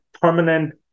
permanent